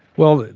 well,